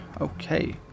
Okay